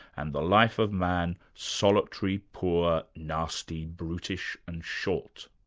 and the life of man solitary, poor, nasty, brutish and short.